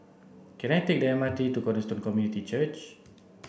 can I take the M R T to Cornerstone Community Church